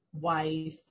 wife